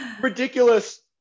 ridiculous